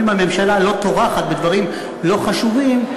הממשלה לא טורחת בדברים לא חשובים,